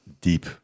deep